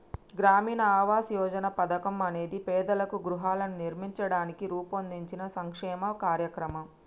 గ్రామీణ ఆవాస్ యోజన పథకం అనేది పేదలకు గృహాలను నిర్మించడానికి రూపొందించిన సంక్షేమ కార్యక్రమం